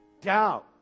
doubt